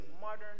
modern